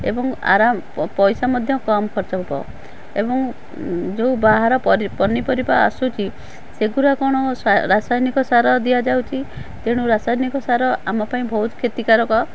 ଏବଂ ଆରମ ପଇସା ମଧ୍ୟ କମ ଖର୍ଚ୍ଚ ହବ ଏବଂ ଯେଉଁ ବାହାର ପରି ପନିପରିବା ଆସୁଛି ସେଗୁରା କ'ଣ ରାସାୟନିକ ସାର ଦିଆଯାଉଛି ତେଣୁ ରାସାୟନିକ ସାର ଆମ ପାଇଁ ବହୁତ କ୍ଷତିକାରକ